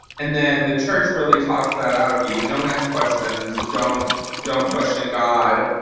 and then the church really talks that out of you. don't ask questions, don't don't question god.